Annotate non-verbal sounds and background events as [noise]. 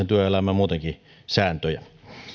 [unintelligible] työelämän sääntöjä muutenkin